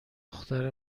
دختر